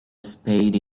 spade